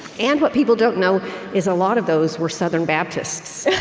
and what people don't know is, a lot of those were southern baptists